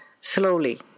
slowly